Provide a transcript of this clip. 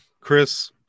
Chris